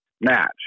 match